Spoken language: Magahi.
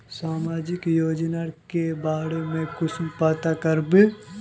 सामाजिक योजना के बारे में कुंसम पता करबे?